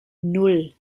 nan